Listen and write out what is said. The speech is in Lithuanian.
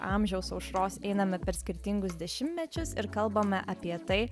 amžiaus aušros einame per skirtingus dešimtmečius ir kalbame apie tai